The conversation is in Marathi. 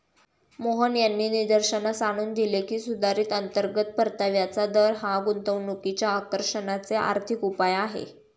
मोहन यांनी निदर्शनास आणून दिले की, सुधारित अंतर्गत परताव्याचा दर हा गुंतवणुकीच्या आकर्षणाचे आर्थिक उपाय आहे